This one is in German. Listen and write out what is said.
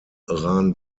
ran